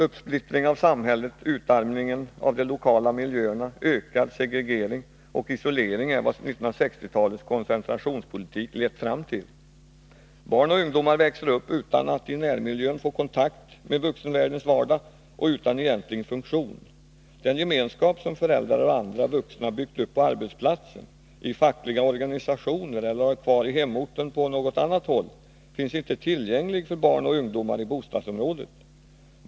Uppsplittring av samhället, utarmning av de lokala miljöerna, ökad segregering och isolering är vad 1960-talets koncentrationspolitik lett fram till. Barn och ungdomar växer upp utan att i närmiljön få kontakt med vuxenvärldens vardag och utan egentlig funktion. Den gemenskap som föräldrar och andra vuxna byggt upp på arbetsplatsen, i fackliga organisationer eller har kvar i hemorten på något annat håll finns inte tillgänglig för barn och ungdomar i bostadsområdet.